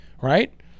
Right